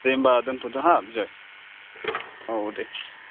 दे होनबा दोनथ'दो हा बिजय औ दे